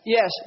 Yes